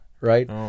right